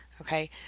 okay